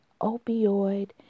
opioid